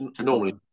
normally